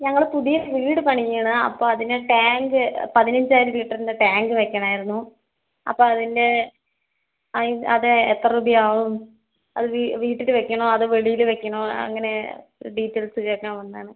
ഞങ്ങൾ പുതിയ വീട് പണിഞ്ഞത് ആണ് അപ്പം അതിന് ടാങ്ക് പതിനഞ്ചായിരം ലിറ്ററിൻ്റെ ടാങ്ക് വയ്ക്കണമായിരുന്നു അപ്പം അതിൻ്റെ അയ് അത് എത്ര രൂപയാവും അത് വീട്ടി വീട്ടിൽ വയ്ക്കണോ അതോ വെളിയിൽ വയ്ക്കണോ അങ്ങനെ ഡീറ്റെയിൽസ് കേൾക്കാൻ വന്നതാണ്